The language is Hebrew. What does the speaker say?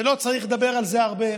ולא צריך לדבר על זה הרבה.